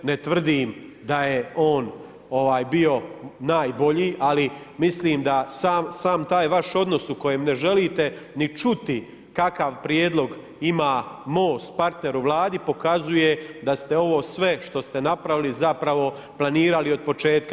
Ne tvrdim da je on bio najbolji, ali mislim, da sam taj vaš odnos u kojem ne želite ni čuti, kakav prijedlog ima Most, partner u Vladi, pokazuje da ste ovo sve što ste napravili zapravo planirali od početka.